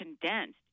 condensed